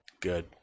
Good